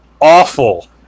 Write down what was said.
awful